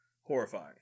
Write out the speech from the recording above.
Horrifying